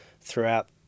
throughout